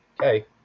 Okay